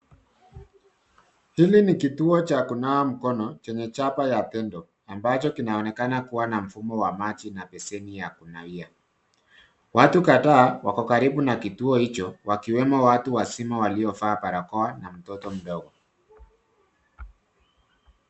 Hili ni kituo cha kunawa mikono chenye chapa ya dettol ambacho kinaonekana kuwa na mfumo wa maji na beseni ya kunawia. Watu kadhaa wako karibu na kituo hicho wakiwemo watu wazima waliovaa barakoa na mtoto mdogo.